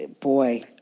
boy